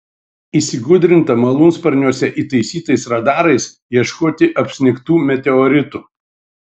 įsigudrinta malūnsparniuose įtaisytais radarais ieškoti apsnigtų meteoritų